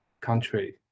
country